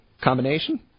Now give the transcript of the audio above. Combination